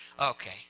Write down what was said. Okay